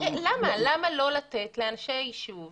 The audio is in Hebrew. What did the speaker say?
למה לא לתת לאנשי יישוב